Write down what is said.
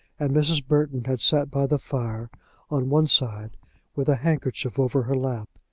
and mrs. burton had sat by the fire on one side with a handkerchief over her lap,